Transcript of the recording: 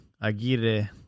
Aguirre